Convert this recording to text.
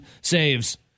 saves